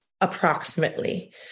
approximately